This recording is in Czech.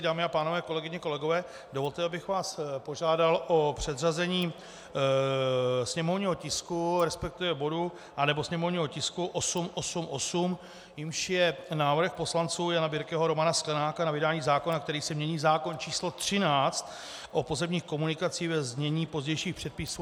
Dámy a pánové, kolegyně, kolegové, dovolte, abych vás požádal o předřazení sněmovního tisku, respektive bodu, nebo sněmovního tisku 888, jimž je Návrh poslanců Jana Birkeho, Romana Sklenáka na vydání zákona, kterým se mění zákon číslo 13, o pozemních komunikacích, ve znění pozdějších předpisů.